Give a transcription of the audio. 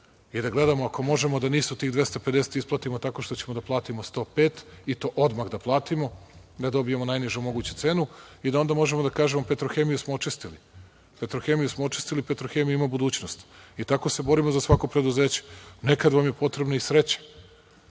i da gledamo ako možemo da NIS-u tih 250 isplatimo tako što ćemo da platimo 105, i to odmah da platimo, da dobijemo najnižu moguću cenu i da onda možemo da kažemo – „Petrohemiju“ smo očistili, „Petrohemija“ ima budućnost. Tako se borimo za svako preduzeće. Nekad vam je potrebna i sreća.